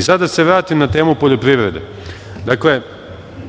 Sada da se vratim na temu poljoprivrede.